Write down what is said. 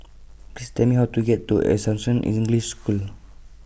Please Tell Me How to get to Assumption English School